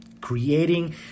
creating